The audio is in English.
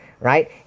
right